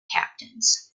captains